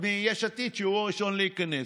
מחליטה ויותר מצביעה ונמצאת בוועדות.